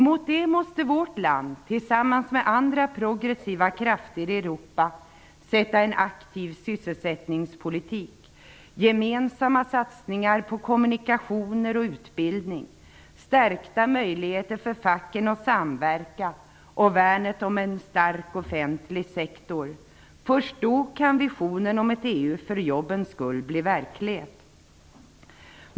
Mot detta måste vårt land, tillsammans med andra progressiva krafter i Europa, sätta en aktiv sysselsättningspolitik, gemensamma satsningar på kommunikationer och utbildning, stärkta möjligheter för facken att samverka och värnet om en stark offentlig sektor. Först då kan visionen om ett EU för jobbens skull bli verklighet.